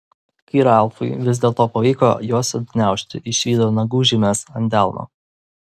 kai ralfui vis dėlto pavyko juos atgniaužti išvydo nagų žymes ant delno